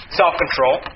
self-control